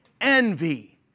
envy